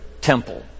temple